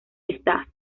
estás